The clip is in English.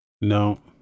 No